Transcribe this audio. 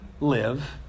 live